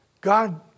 God